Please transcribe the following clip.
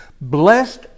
Blessed